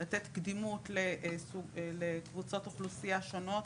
לתת קדימות לקבוצות אוכלוסייה שונות,